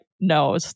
no